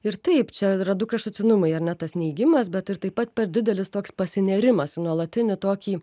ir taip čia yra du kraštutinumai ar ne tas neigimas bet ir taip pat per didelis toks pasinėrimas į nuolatinį tokį